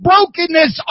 Brokenness